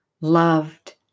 loved